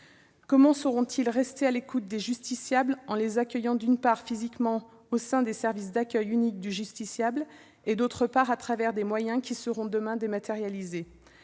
Comment sauront-ils rester à l'écoute des justiciables, d'une part, en les accueillant physiquement au sein des services d'accueil unique du justiciable et, d'autre part, avec des moyens qui seront demain dématérialisés ?